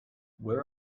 where